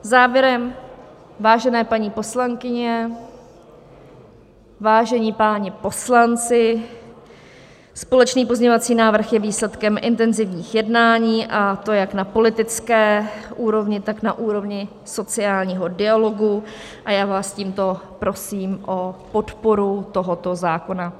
Závěrem, vážené paní poslankyně, vážení páni poslanci, společný pozměňovací návrh je výsledkem intenzivních jednání, a to jak na politické úrovni, tak na úrovni sociálního dialogu, a já vás tímto prosím o podporu tohoto zákona.